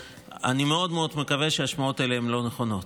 אני מאוד מאוד מקווה שהשמועות האלה הן לא נכונות,